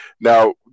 Now